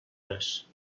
les